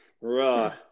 Raw